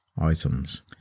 items